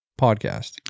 podcast